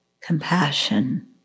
compassion